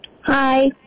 Hi